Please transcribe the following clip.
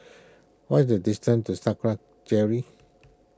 what is the distance to Sakra Jerry